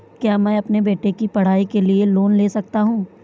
क्या मैं अपने बेटे की पढ़ाई के लिए लोंन ले सकता हूं?